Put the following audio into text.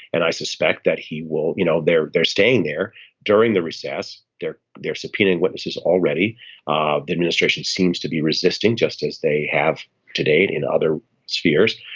and i suspect that he will. you know they're they're staying there during the recess. they're they're subpoenaing witnesses already. ah the administration seems to be resisting just as they have to date in other spheres.